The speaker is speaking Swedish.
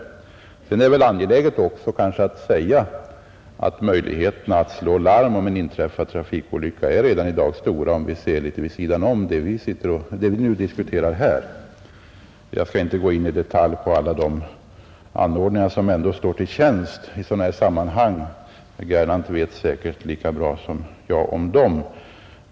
Vidare finner jag det angeläget att framhålla, att möjligheterna att slå larm om en trafikolycka redan nu är stora, om vi ser på saken litet vid sidan om vad vi nu diskuterar. Jag skall inte gå in på några detaljer när det gäller de anordningar som där står till buds; herr Gernandt känner säkert till dem lika bra som jag.